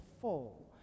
full